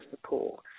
support